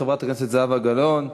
חברת הכנסת זהבה גלאון,